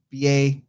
BA